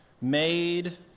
made